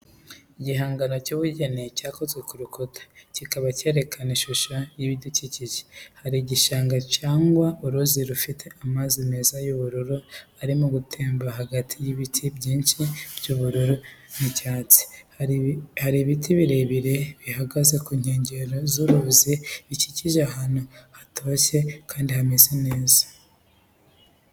Igihangano cy’ubugeni cyakozwe ku rukuta, kikaba cyerekana ishusho y'ibidukikije. Hari igishanga cyangwa uruzi rufite amazi meza y'ubururu arimo gutemba hagati y'ibiti byinshi by’ubururu n’icyatsi. Hari ibiti birebire bihagaze ku nkengero z'uruzi bikikije ahantu hatoshye kandi hameze neza.